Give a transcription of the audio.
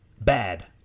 bad